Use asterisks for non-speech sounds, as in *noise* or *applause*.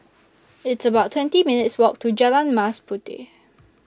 *noise* It's about twenty minutes' Walk to Jalan Mas Puteh